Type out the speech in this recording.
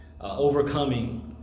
overcoming